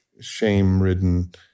shame-ridden